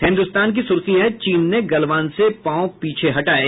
हिन्दुस्तान की सुर्खी है चीन ने गलवान से पांव पीछे हटाये